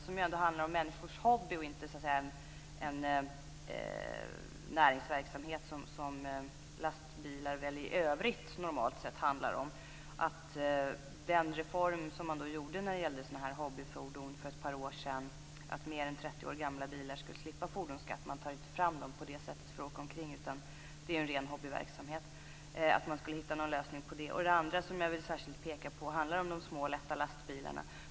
Här handlar det ändå om människors hobby, inte om en näringsverksamhet som lastbilar väl i övrigt normalt handlar om. För ett par år sedan genomfördes ju en reform för hobbyfordon. Mer än 30 år gamla bilar skulle slippa fordonsskatt. Men man tar inte ut gamla bilar för att bara åka omkring med dem, utan det rör sig om ren hobbyverksamhet. Det gäller att hitta en lösning där. En annan sak som jag särskilt vill peka på är de små och lätta lastbilarna.